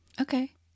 Okay